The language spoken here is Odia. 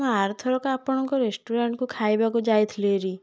ମୁଁ ଆର ଥରକ ଆପଣଙ୍କ ରେଷ୍ଟୁରାଣ୍ଟ୍କୁ ଖାଇବାକୁ ଯାଇଥିଲି ହେରି